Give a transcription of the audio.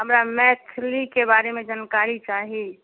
हमरा मैथलीके बारेमे जनकारी चाही